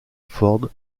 ford